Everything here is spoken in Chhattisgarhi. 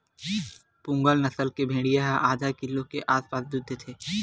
पूगल नसल के भेड़िया ह आधा किलो के आसपास दूद देथे